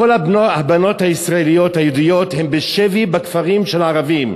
כל הבנות הישראליות היהודיות הן בשבי בכפרים של הערבים,